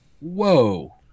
Whoa